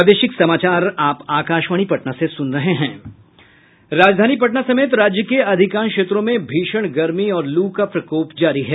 राजधानी पटना समेत राज्य के अधिकांश क्षेत्रों में भीषण गर्मी और लू का प्रकोप जारी है